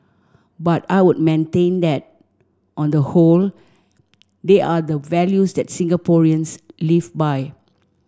but I would maintain that on the whole they are the values that Singaporeans live by